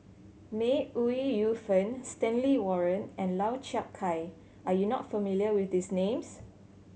May Ooi Yu Fen Stanley Warren and Lau Chiap Khai are you not familiar with these names